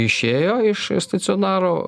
išėjo iš stacionaro